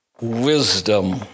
wisdom